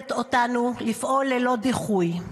המחייבת אותנו לפעול ללא דיחוי.